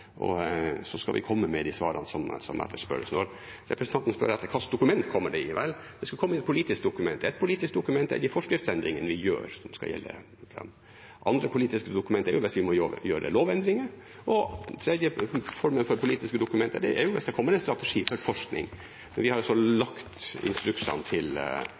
og så skal vi komme med de svarene som etterspørres. Representanten Moxnes spør hva slags dokument det kommer det i – vel, det skal komme i et politisk dokument. Ett politisk dokument er de forskriftsendringene vi gjør som skal gjelde framover. Andre politiske dokument er hvis vi må gjøre lovendringer. Den tredje formen for politiske dokument er hvis det kommer en strategi for forskning. Vi har nå lagt instruksene til